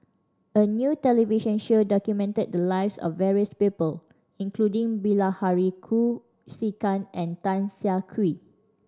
a new television show documented the lives of various people including Bilahari Kausikan and Tan Siah Kwee